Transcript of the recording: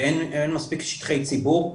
ואין מספיק שטחי ציבור,